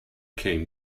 came